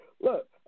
look